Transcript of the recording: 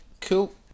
Cool